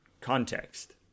context